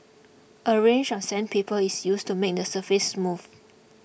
a range of sandpaper is used to make the surface smooth